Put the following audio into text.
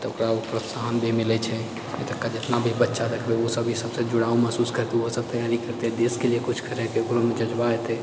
तऽ ओकरा प्रोत्साहन भी मिलैत छै अभी तकके जितना भी बच्चा देखबै ओ सब इसबसँ जुड़ाव महसूस करते तैयारी करैके कोशिश करतै देशके लिअऽ किछु करैके ओकरोमे जज्बा हेते